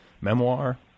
memoir